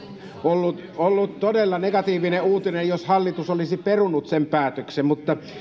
ollut ollut todella negatiivinen uutinen jos hallitus olisi perunut sen päätöksen